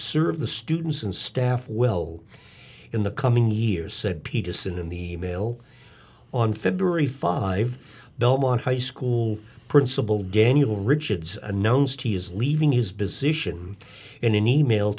serve the students and staff well in the coming years said peterson in the mail on february five belmont high school principal daniel richards unknowns t is leaving his visitation in an email